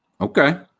Okay